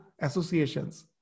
associations